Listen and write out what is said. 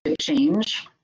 change